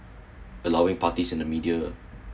allowing parties in the media